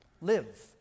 live